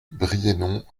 brienon